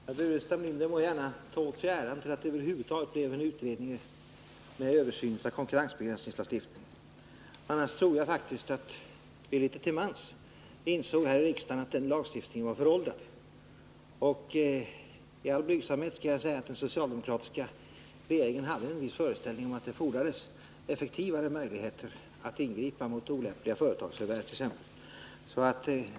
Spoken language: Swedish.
Herr talman! Staffan Burenstam Linder må gärna ta åt sig äran av att det över huvud taget blev en utredning om konkurrensbegränsningslagstiftningen. Annars tror jag faktiskt att vi litet till mans här i riksdagen insåg att lagstiftningen var föråldrad. Med all blygsamhet vill jag säga att den socialdemokratiska regeringen hade en viss föreställning om att det fordrades effektivare möjligheter att ingripa mot t.ex. olämpliga företagsförvärv.